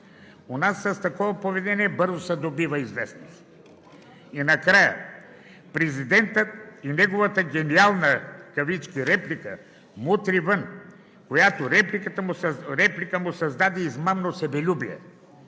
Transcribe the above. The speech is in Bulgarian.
У нас с такова поведение бързо се добива известност. И накрая – президентът и неговата гениална в кавички реплика „Мутри, вън!“, която реплика му създаде измамно себелюбие,